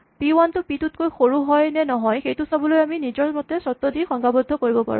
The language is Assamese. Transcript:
পি ৱান টো পি টু টোতকৈ সৰু হয় নে নহয় সেইটো চাবলৈ আমি নিজৰ মতে চৰ্ত দি সংজ্ঞাবদ্ধ কৰিব পাৰোঁ